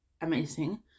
amazing